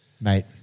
mate